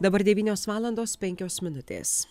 dabar devynios valandos penkios minutės